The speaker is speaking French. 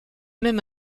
même